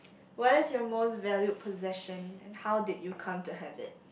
what is your most valued possession and how did you come to have it